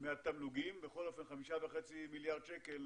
מהתמלוגים - 5.5 מיליארד שקל